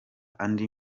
andi